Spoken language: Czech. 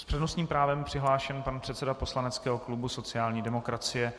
S přednostním právem je přihlášen pan předseda poslaneckého klubu sociální demokracie.